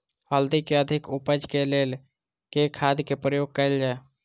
हल्दी केँ अधिक उपज केँ लेल केँ खाद केँ प्रयोग कैल जाय?